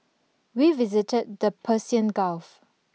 we visited the Persian Gulf